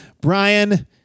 brian